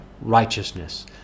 righteousness